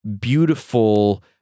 beautiful